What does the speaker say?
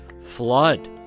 flood